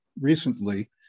recently